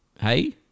Hey